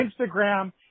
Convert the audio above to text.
Instagram